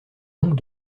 donc